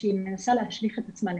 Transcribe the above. כשהיא מנסה להשליך את עצמה למטה.